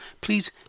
please